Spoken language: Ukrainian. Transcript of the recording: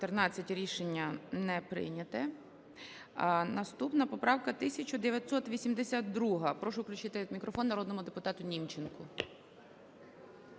Рішення не прийнято. Наступна поправка – 1982. Прошу включити мікрофон народному депутату Німченку.